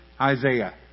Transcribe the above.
Isaiah